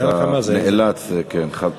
אתה ניאלץ לקצר,